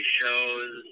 shows